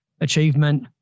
achievement